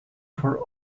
for